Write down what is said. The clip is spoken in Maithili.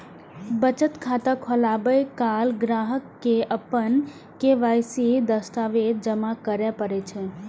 बचत खाता खोलाबै काल ग्राहक कें अपन के.वाई.सी दस्तावेज जमा करय पड़ै छै